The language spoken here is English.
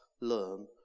learn